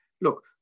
look